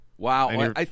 Wow